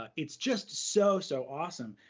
it's just so, so awesome.